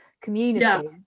community